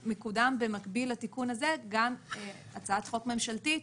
במקביל לתיקון הזה מקודמת גם הצעת חוק ממשלתית